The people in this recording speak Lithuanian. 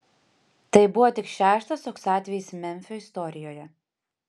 tai buvo tik šeštas toks atvejis memfio istorijoje